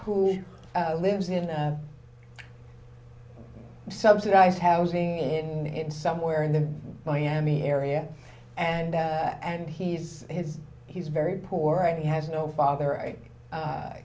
who lives in that subsidized housing and it's somewhere in the miami area and and he's his he's very poor and he has no father a